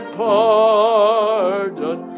pardon